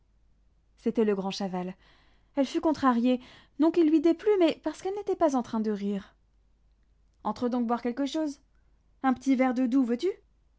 c'était le grand chaval elle fut contrariée non qu'il lui déplût mais parce qu'elle n'était pas en train de rire entre donc boire quelque chose un petit verre de doux veux-tu